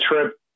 trip